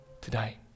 today